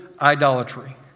idolatry